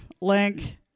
Link